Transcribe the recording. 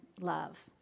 love